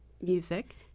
music